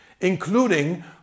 including